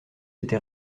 été